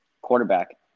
Quarterback